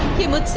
he wants